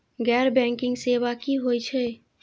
गैर बैंकिंग सेवा की होय छेय?